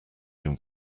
him